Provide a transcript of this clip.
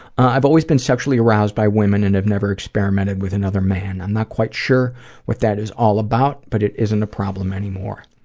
i've always been sexually aroused by women and have never experimented with another man. i'm not quite sure what that is all about, but it isn't a problem anymore.